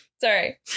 Sorry